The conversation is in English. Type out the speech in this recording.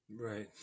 Right